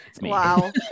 wow